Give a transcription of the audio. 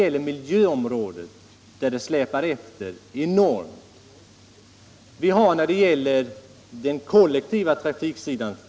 Vi släpar t.ex. efter enormt på miljöområdet och på den kollektiva trafiksidan.